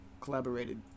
collaborated